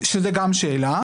שזו גם שאלה.